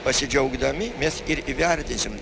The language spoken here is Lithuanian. pasidžiaugdami mes ir įvertinsim